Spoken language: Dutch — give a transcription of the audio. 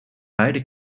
beide